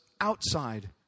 outside